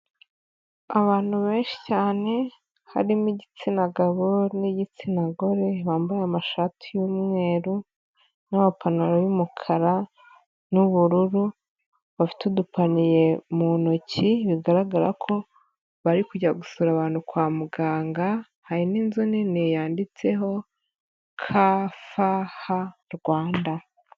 Abantu benshi cyane harimo igitsina gabo n'igitsina gore, bambaye amashati y'umweru n'amapantaro y'umukara n'ubururu, bafite udupaniye mu ntoki, bigaragara ko bari kujya gusura abantu kwa muganga, hari n'inzu nini yanditseho KFH Rwanda.